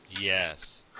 Yes